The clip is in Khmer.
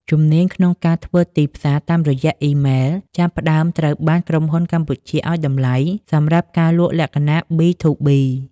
ជំនាញក្នុងការធ្វើទីផ្សារតាមរយៈអ៊ីមែល ចាប់ផ្តើមត្រូវបានក្រុមហ៊ុនកម្ពុជាឱ្យតម្លៃសម្រាប់ការលក់លក្ខណៈ B2B។